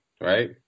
right